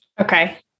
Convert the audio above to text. Okay